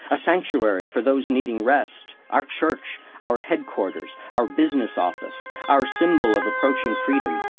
a sanctuary for those needing rest. our church. our headquarters. our business office. our symbol of approaching freedom.